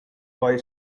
boy